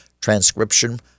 transcription